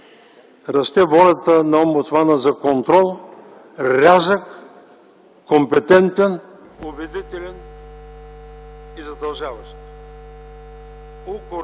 Расте волята на омбудсмана за контрол – рязък, компетентен, убедителен и задължаващ.